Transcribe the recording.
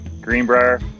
Greenbrier